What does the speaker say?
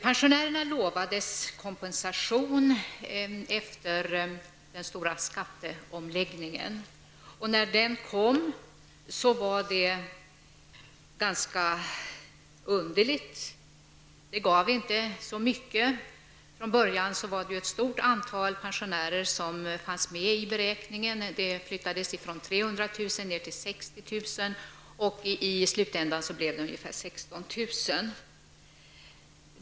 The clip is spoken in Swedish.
Pensionärerna lovades kompensation efter den stora skatteomläggningen. När den kom visade det sig att den inte gav så mycket. Från början var det ett stort antal pensionärer som fanns med i beräkningen. Antalet flyttades från 300 000 till 60 000, och i slutändan blev det ungefär 16 000.